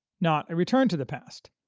not a return to the past.